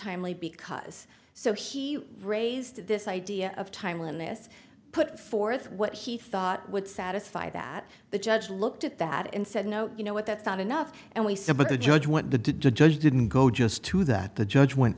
timely because so he raised this idea of timeliness put forth what he thought would satisfy that the judge looked at that and said no you know what that's not enough and we said but the judge went the did the judge didn't go just to that the judge went